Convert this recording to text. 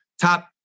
top